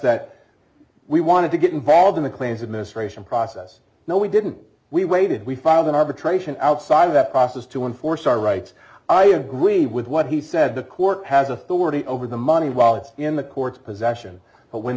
that we wanted to get involved in the claims administration process no we didn't we waited we filed an arbitration outside of that process to enforce our rights i agree with what he said the court has authority over the money while it's in the court's possession but when